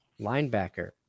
linebacker